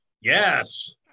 Yes